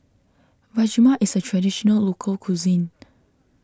Rajma is a Traditional Local Cuisine